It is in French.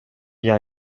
bien